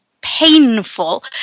painful